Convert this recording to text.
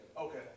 Okay